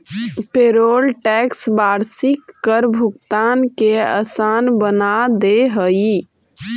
payroll tax वार्षिक कर भुगतान के असान बना दे हई